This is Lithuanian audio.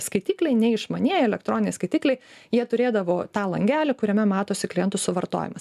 skaitikliai neišmanieji elektroniniai skaitikliai jie turėdavo tą langelį kuriame matosi klientų suvartojimas